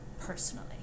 personally